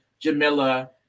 Jamila